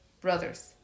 brothers